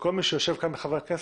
שכל מי שיושב כאן בין חברי הכנסת,